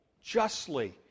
justly